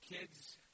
kids